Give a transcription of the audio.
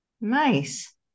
Nice